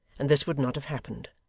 and this would not have happened.